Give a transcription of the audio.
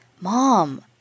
Mom